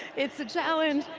it's a challenge.